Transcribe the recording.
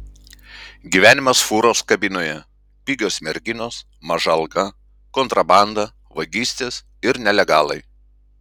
gyvenimas fūros kabinoje pigios merginos maža alga kontrabanda vagystės ir nelegalai